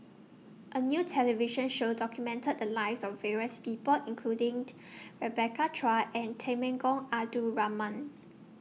A New television Show documented The Lives of various People including Rebecca Chua and Temenggong Abdul Rahman